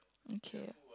okay